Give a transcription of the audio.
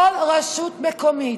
כל רשות מקומית,